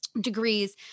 degrees